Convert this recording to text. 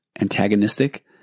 antagonistic